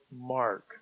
Mark